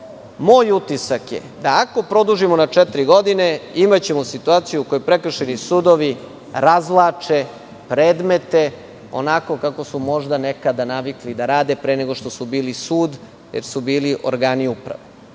utisak je da ako produžimo na četiri godine, imaćemo situaciju u kojoj prekršajni sudovi razvlače predmete onako kako su možda nekada navikli da rade, pre nego što su bili sud, jer su bili organi uprave.